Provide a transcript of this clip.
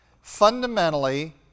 Fundamentally